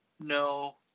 No